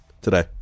Today